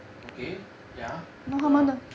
okay ya the